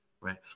right